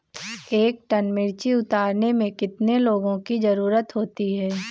एक टन मिर्ची उतारने में कितने लोगों की ज़रुरत होती है?